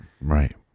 Right